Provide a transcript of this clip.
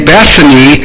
Bethany